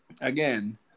Again